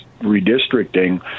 redistricting